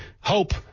hope